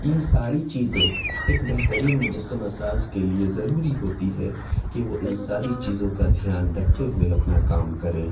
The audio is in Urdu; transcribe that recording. یہ ساری چیزیں ایک بہترین مجسمہ ساز کے لیے ضروری ہوتی ہے کہ وہ ان ساری چیزوں کا دھیان رکھتے ہوئے اپنا کام کریں